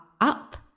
up